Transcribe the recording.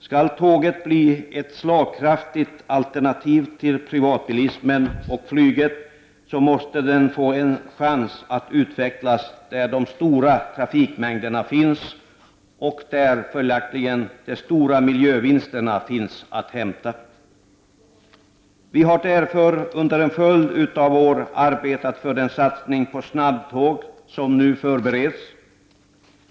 Skall tåget bli ett slagkraftigt alternativ till privatbilismen och flyget, måste det få en chans att utvecklas där de stora trafikmängderna finns och där följaktligen de stora miljövinsterna finns att hämta. Vi har därför under en följd av år arbetat för den satsning på snabbtåg som nu förbereds.